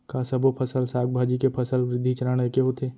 का सबो फसल, साग भाजी के फसल वृद्धि चरण ऐके होथे?